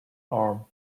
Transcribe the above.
arm